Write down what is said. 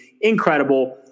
incredible